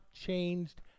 changed